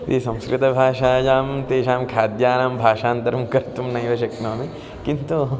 ये संस्कृतभाषायां तेषां खाद्यानां भाषान्तरं कर्तुं नैव शक्नोमि किन्तु